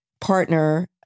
partner